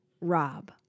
Rob